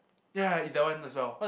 ya it's that one as well